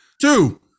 Two